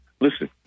Listen